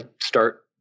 start